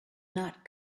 not